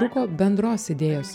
laiko bendros idėjos